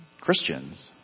Christians